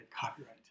copyright